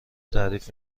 تعریف